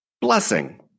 blessing